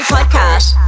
Podcast